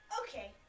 Okay